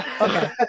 Okay